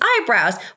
eyebrows